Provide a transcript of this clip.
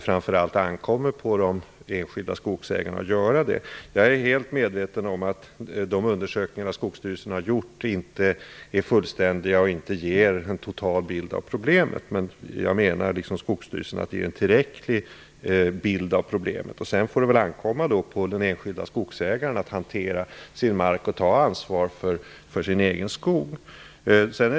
Framför allt ankommer det på de enskilda skogsägarna att göra det. Jag är helt medveten om att de undersökningar som Skogsstyrelsen har gjort inte är fullständiga och inte ger en total bild av problemet. Men jag menar, liksom Skogsstyrelsen, att det ges en tillräcklig bild av problemet. Sedan får det väl ankomma på den enskilde skogsägaren att hantera sin mark och att ta ansvar för den egna skogen.